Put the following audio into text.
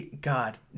God